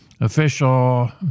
official